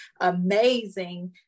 amazing